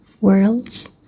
worlds